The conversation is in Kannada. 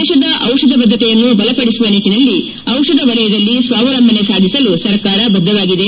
ದೇಶದ ದಿಷಧ ಬದ್ದತೆಯನ್ನು ಬಲಪಡಿಸುವ ನಿಟ್ಟನಲ್ಲಿ ದಿಷಧ ವಲಯದಲ್ಲಿ ಸ್ವಾವಲಂಬನೆ ಸಾಧಿಸಲು ಸರ್ಕಾರ ಬದ್ದವಾಗಿದೆ